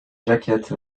jacket